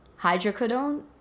Hydrocodone